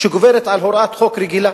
שגוברת על הוראת חוק רגילה.